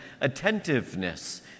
attentiveness